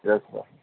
yes sir